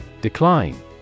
Decline